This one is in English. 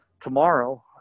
tomorrow